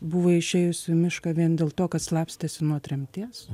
buvo išėjusių į mišką vien dėl to kad slapstėsi nuo tremties